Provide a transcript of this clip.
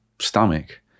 stomach